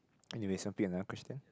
anyways you want pick another question